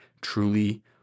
truly